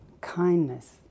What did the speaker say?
kindness